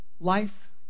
Life